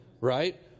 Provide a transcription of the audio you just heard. right